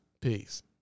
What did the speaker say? peace